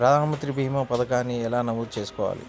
ప్రధాన మంత్రి భీమా పతకాన్ని ఎలా నమోదు చేసుకోవాలి?